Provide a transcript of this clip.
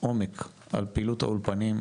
עומק על פעילות האולפנים,